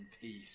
peace